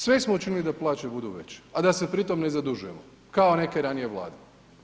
Sve smo učinili da plaće budu veće da se pritom ne zadužujemo kao neke ranije Vlade.